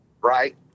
right